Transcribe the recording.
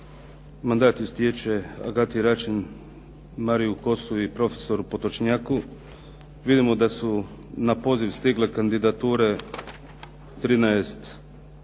mandat istječe Agati Račan, Mariu Kosu i profesoru Potočnjaku. Vidimo da su na poziv stigle kandidature 13